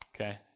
okay